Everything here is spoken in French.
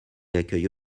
accueille